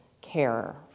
care